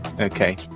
Okay